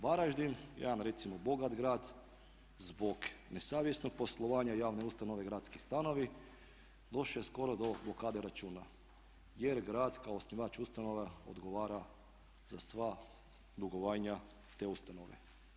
Varaždin, jedan recimo bogat grad zbog nesavjesnog poslovanja javne ustanove Gradski stanovi došao je skoro do blokade računa, jer grad kao osnivač ustanova odgovara za sva dugovanja te ustanove.